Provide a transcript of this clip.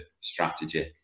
strategy